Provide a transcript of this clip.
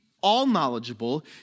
all-knowledgeable